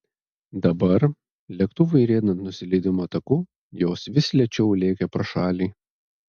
dabar lėktuvui riedant nusileidimo taku jos vis lėčiau lėkė pro šalį